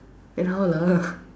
then how lah